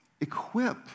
equip